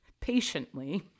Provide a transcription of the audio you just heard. patiently